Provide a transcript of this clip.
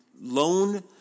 loan